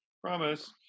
Promise